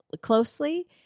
closely